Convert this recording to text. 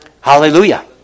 Hallelujah